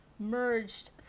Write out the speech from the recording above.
Merged